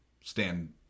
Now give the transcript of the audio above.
stand